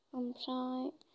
ओमफ्राय